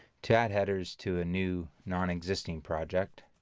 to add headers to a new non existing project,